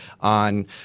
on